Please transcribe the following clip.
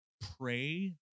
pray